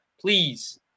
please